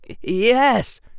Yes